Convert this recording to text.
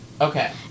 Okay